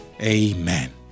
Amen